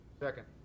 Second